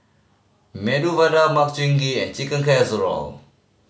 Medu Vada Makchang Gui and Chicken Casserole